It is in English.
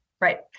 right